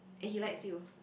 and he likes you